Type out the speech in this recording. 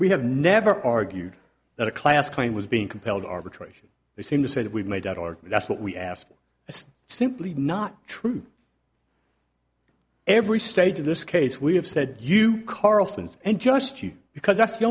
we have never argued that a class claim was being compelled arbitration they seem to say that we've made at all or that's what we ask is simply not true every stage of this case we have said you carlson's and just because that's the